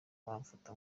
bamfata